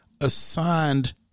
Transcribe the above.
assigned